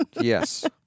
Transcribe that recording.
Yes